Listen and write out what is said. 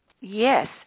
Yes